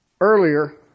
earlier